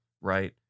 right